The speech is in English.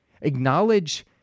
Acknowledge